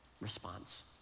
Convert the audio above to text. response